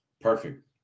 Perfect